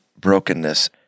brokenness